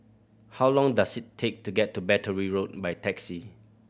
how long does it take to get to Battery Road by taxi